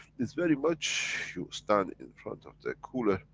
is very much you stand in front of the cooler,